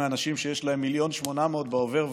מהאנשים שיש להם 1.8 מיליון בעובר ושב,